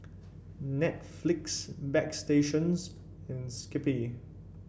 Netflix Bagstationz and Skippy